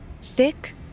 thick